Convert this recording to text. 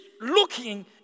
looking